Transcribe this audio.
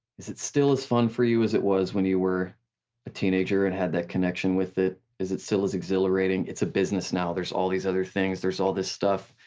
is it still as fun for you as it was when you were a teenager and had that connection with it? is it still as exhilarating? it's a business now, there's all these other things, there's all this stuff.